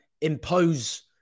impose